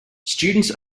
students